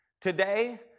Today